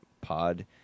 pod